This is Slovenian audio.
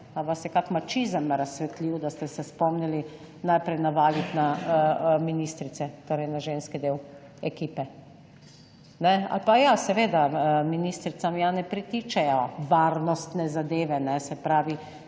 pa vas je kak mačizem razsvetlil, da ste se spomnili najprej navaliti na ministrice, torej na ženski del ekipe? Ne ali pa ja, seveda ministricam ja ne pritičejo varnostne zadeve, ne, se pravi,